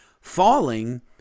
falling